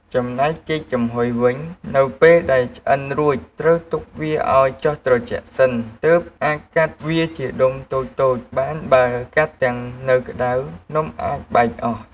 ចំណែកចេកចំហុយវិញនៅពេលដែលឆ្អិនរួច ត្រូវទុកវាឱ្យចុះត្រជាក់សិន ទើបអាចកាត់វាជាដុំតូចៗបានបើកាត់ទាំងនៅក្ដៅនំអាចបែកអស់។